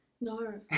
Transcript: no